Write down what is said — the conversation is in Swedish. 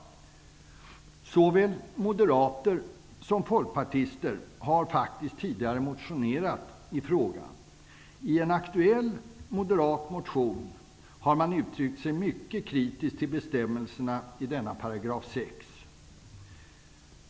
Såväl moderater som folkpartister har tidigare motionerat i frågan. I en aktuell moderat motion har man uttryckt sig mycket kritiskt till bestämmelserna i 6 §.